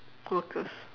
wokers